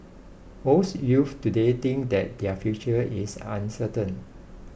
most youths today think that their future is uncertain